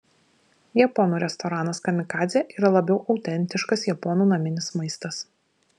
japonų restoranas kamikadzė yra labiau autentiškas japonų naminis maistas